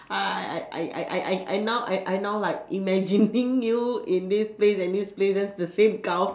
I I I I I I I now I I now like imagining you in this place and this places the same cow